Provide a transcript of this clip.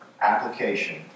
application